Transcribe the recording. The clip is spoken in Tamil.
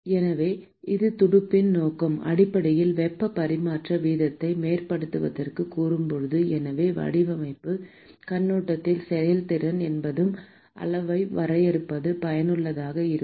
எனவே ஒரு துடுப்பின் நோக்கம் அடிப்படையில் வெப்ப பரிமாற்ற வீதத்தை மேம்படுத்துவதாகக் கூறும்போது எனவே வடிவமைப்புக் கண்ணோட்டத்தில் செயல்திறன் எனப்படும் அளவை வரையறுப்பது பயனுள்ளதாக இருக்கும்